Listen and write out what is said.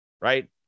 right